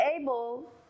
able